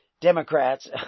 democrats